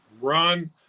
run